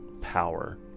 power